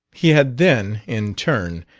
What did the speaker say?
he had then, in turn,